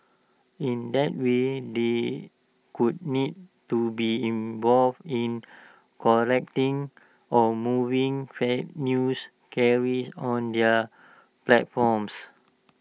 in that way they could need to be involved in correcting or moving fake news carried on their platforms